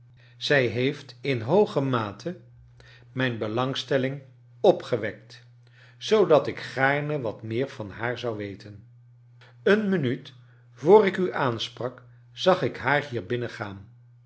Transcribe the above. zij heeit in hooge mate mijn belangstelling opgewekt zoodat ik gaarne w t at meer van haar zou weten een minuut voor ik u aanspraak zag ik naar hier binnengaan